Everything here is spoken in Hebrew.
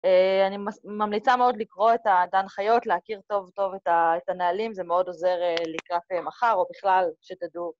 אני ממליצה מאוד לקרוא את דן חיות, להכיר טוב טוב את הנהלים, זה מאוד עוזר לקראת מחר, או בכלל, שתדעו.